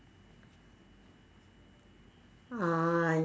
ah